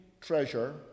treasure